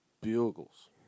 Bugles